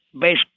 base